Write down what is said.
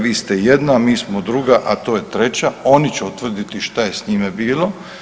Vi ste jedna, a mi smo druga, a to je treća, oni će utvrditi šta je s njime bilo.